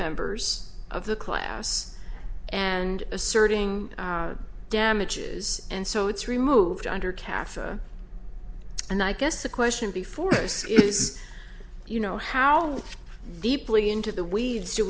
members of the class and asserting damages and so it's removed under cafe and i guess the question before us is you know how deeply into the weeds do